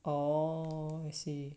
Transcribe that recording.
oh I see